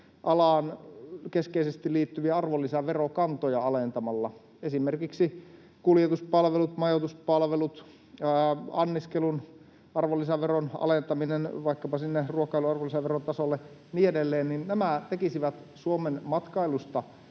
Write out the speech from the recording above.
alaan keskeisesti liittyviä arvonlisäverokantoja alentamalla. Esimerkiksi kuljetuspalvelujen, majoituspalvelujen, anniskelun arvonlisäveron alentaminen vaikkapa sinne ruokailun arvonlisäveron tasolle ja niin edelleen tekisi Suomen matkailusta